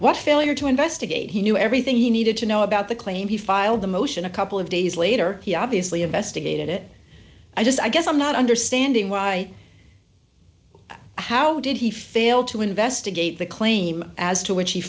what failure to investigate he knew everything he needed to know about the claim he filed the motion a couple of days later he obviously investigated it i just i guess i'm not understanding why how did he fail to investigate the claim as to wh